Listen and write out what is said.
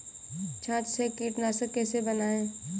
छाछ से कीटनाशक कैसे बनाएँ?